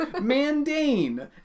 Mandane